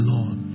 Lord